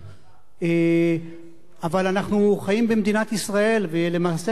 אבל אנחנו חיים במדינת ישראל, ולמעשה שכזה,